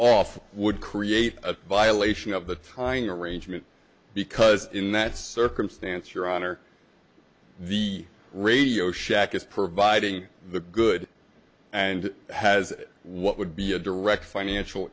off would create a violation of the timing arrangement because in that circumstance your honor the radio shack is providing the good and has what would be a direct financial